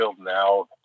Now